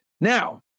Now